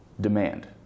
Demand